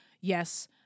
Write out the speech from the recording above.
yes